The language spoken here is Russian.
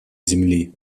земли